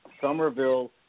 Somerville